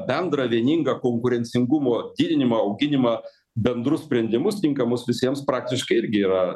bendrą vieningą konkurencingumo didinimą auginimą bendrus sprendimus tinkamus visiems praktiškai irgi yra